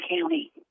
County